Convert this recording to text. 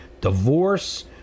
divorce